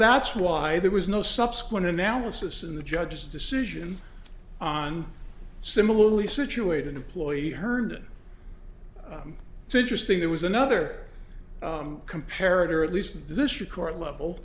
that's why there was no subsequent analysis in the judge's decision on similarly situated employee herndon it's interesting there was another comparative or at least in this record level